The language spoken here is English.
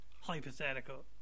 hypothetical